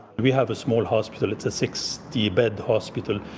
we have a small hospital. it's a sixty bed hospital,